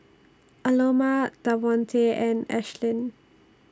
Aloma Davonte and Ashlynn